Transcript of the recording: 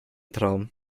traum